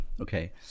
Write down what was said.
Okay